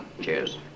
cheers